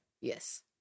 Yes